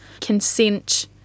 consent